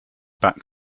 back